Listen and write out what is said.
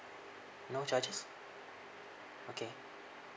no charges okay